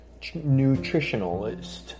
nutritionalist